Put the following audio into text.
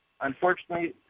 Unfortunately